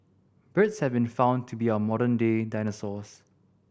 birds have been found to be our modern day dinosaurs